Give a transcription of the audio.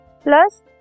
plus